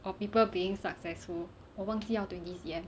of people being successful 我忘记要 twenty C_M